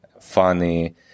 funny